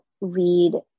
read